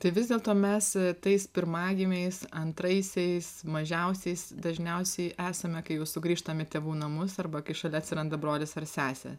tai vis dėlto mes tais pirmagimiais antraisiais mažiausiais dažniausiai esame kai sugrįžtam į tėvų namus arba kai šalia atsiranda brolis ar sesė